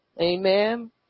Amen